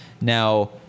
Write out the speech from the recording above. Now